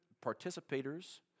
participators